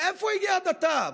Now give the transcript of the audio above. מאיפה הגיעה ההדתה?